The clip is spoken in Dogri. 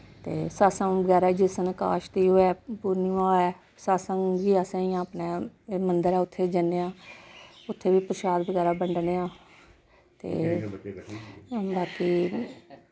ते सतसंग बगैरा जिस दिन काशती होऐ पूर्णिमा होऐ सतसंग गी असैं इ'यां अपनै मन्दर ऐ उत्थैं जन्ने आं उत्थें बी परशाद बगैरा बंडने आं ते बाकि